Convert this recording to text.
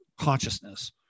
consciousness